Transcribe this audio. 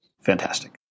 Fantastic